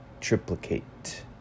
triplicate